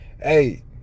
Hey